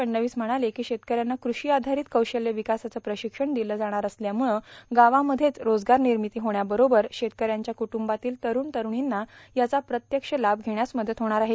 फडणवीस म्हणाले को शेतकऱ्यांना कृषी आधारित कौशल्य र्विकासाचं प्राशक्षण दिलं जाणार असल्यामुळं गावामध्येच रोजगार र्नामती होण्याबरोबर शेतकऱ्यांच्या कुटुंबातील तरुण तरुणींना याचा प्रत्यक्ष लाभ घेण्यास मदत होणार आहे